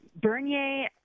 Bernier